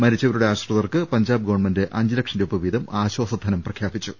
മരിച്ചവരുടെ ആശ്രിതർക്ക് പഞ്ചാബ് ഗവൺമെന്റ് അഞ്ച് ലക്ഷം രൂപ വീതം ആശ്ചാസ ധനം പ്രഖ്യാപി ച്ചു